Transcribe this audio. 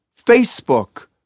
Facebook